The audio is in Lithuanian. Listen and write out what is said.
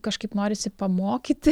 kažkaip norisi pamokyti